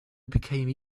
became